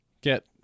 get